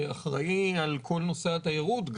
שאחראי על כל נושא התיירות,